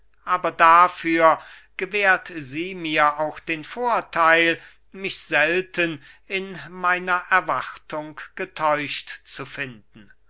aber dafür gewährt sie mir auch den vortheil mich selten in meiner erwartung getäuscht zu finden